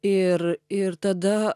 ir ir tada